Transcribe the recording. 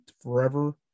forever